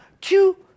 two